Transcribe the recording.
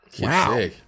Wow